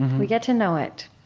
we get to know it,